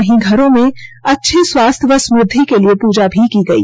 वहीं घरों में अच्छे स्वास्थ्य व स्मुद्धि के लिए पूजा भी की गई